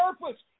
purpose